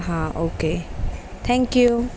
हां okay thank you